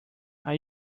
are